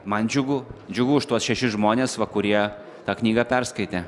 man džiugu džiugu už tuos šešis žmones va kurie tą knygą perskaitė